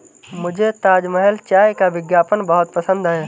मुझे ताजमहल चाय का विज्ञापन बहुत पसंद है